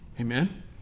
Amen